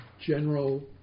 general